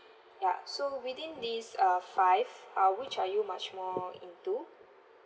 ya so within these uh five uh which are you much more into